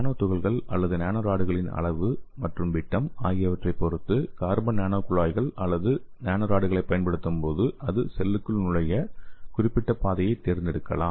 நானோ துகள்கள் அல்லது நானோ ராடுகளின் அளவு மற்றும் விட்டம் ஆகியவற்றைப் பொறுத்து கார்பன் நானோ குழாய்கள் அல்லது நானோ ராடுகளைப் பயன்படுத்தும்போது அது செல்லுக்குள் நுழைய குறிப்பிட்ட பாதையைத் தேர்ந்தெடுக்கலாம்